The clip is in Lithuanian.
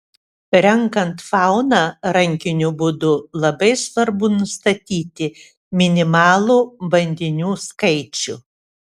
renkant fauną rankiniu būdu labai svarbu nustatyti minimalų bandinių skaičių